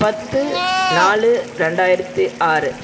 பத்து நாலு ரெண்டாயிரத்து ஆறு